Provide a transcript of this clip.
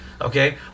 okay